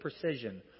precision